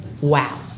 Wow